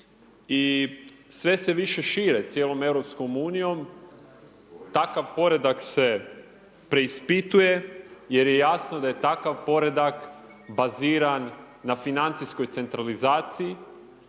i sve se više šire cijelom Europskom unijom. Takav poredak se preispituje jer je jasno da je takav poredak baziran na financijskoj centralizaciji,